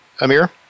Amir